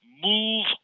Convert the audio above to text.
Move